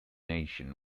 nation